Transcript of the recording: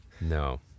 No